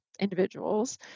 individuals